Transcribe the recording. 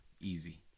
Easy